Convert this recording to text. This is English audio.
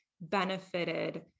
benefited